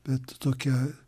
bet tokią